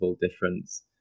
difference